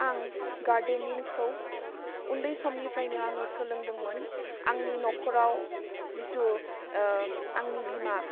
आं गार्डेनिंखौ उन्दै समनिफ्रायनो आङो सोलोंदोंमोन आंनि नखराव जिथु ओह आंनि बिमा